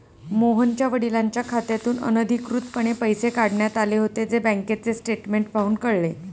मोहनच्या वडिलांच्या खात्यातून अनधिकृतपणे पैसे काढण्यात आले होते, जे बँकेचे स्टेटमेंट पाहून कळले